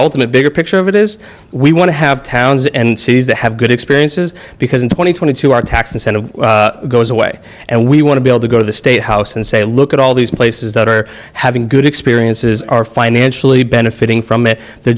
ultimate bigger picture of it is we want to have towns and cities that have good experiences because in twenty twenty two our tax incentive goes away and we want to be able to go to the state house and say look at all these places that are having good experiences are financially benefiting from the